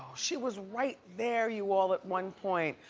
she was right there you all at one point.